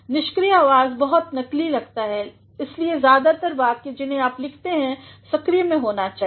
निष्क्रिय आवाज़ बहुत नकली लगता है इसलिए ज्यादातर वाक्य जिन्हें आप लिखते हैं सक्रिय में होने चाहिए